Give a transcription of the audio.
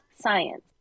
science